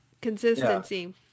Consistency